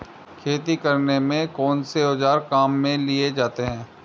खेती करने में कौनसे औज़ार काम में लिए जाते हैं?